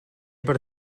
per